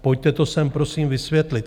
Pojďte to sem prosím vysvětlit.